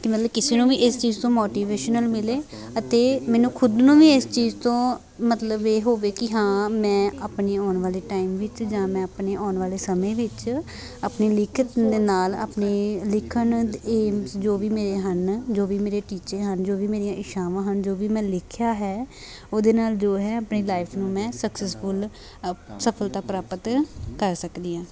ਕਿ ਮਤਲਬ ਕਿਸੇ ਨੂੰ ਵੀ ਇਸ ਚੀਜ਼ ਤੋਂ ਮੋਟੀਵੇਸ਼ਨਲ ਮਿਲੇ ਅਤੇ ਮੈਨੂੰ ਖੁਦ ਨੂੰ ਵੀ ਇਸ ਚੀਜ਼ ਤੋਂ ਮਤਲਬ ਇਹ ਹੋਵੇ ਕਿ ਹਾਂ ਮੈਂ ਆਪਣੀ ਆਉਣ ਵਾਲੇ ਟਾਈਮ ਵਿੱਚ ਜਾਂ ਮੈਂ ਆਪਣੀ ਆਉਣ ਵਾਲੇ ਸਮੇਂ ਵਿੱਚ ਆਪਣੀ ਲਿਖਤ ਦੇ ਨਾਲ ਆਪਣੀ ਲਿਖਣ ਦੇ ਏਮਸ ਜੋ ਵੀ ਮੇਰੇ ਹਨ ਜੋ ਵੀ ਮੇਰੇ ਟੀਚੇ ਹਨ ਜੋ ਵੀ ਮੇਰੀਆਂ ਇੱਛਾਵਾਂ ਹਨ ਜੋ ਵੀ ਮੈਂ ਲਿਖਿਆ ਹੈ ਉਹਦੇ ਨਾਲ ਜੋ ਹੈ ਆਪਣੀ ਲਾਈਫ ਨੂੰ ਮੈਂ ਸਕਸੈੱਸਫੁਲ ਸਫ਼ਲਤਾ ਪ੍ਰਾਪਤ ਕਰ ਸਕਦੀ ਹਾਂ